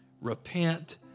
repent